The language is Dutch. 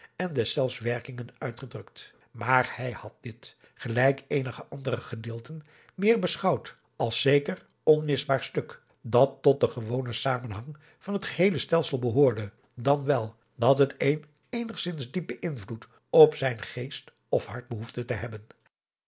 en deszelfs werkingen uitgedrukt maar hij had dit gelijk eenige andere gedeelten meer beschouwd als zeker onmisbaar stuk dat tot den gewonen zamenhang van het geheele stelsel behoorde dan wel dat het een eenigzins diepen invloed op zijn geest of hart behoefde te hebben